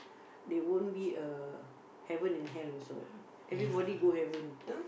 there won't be a heaven and hell also what everybody go heaven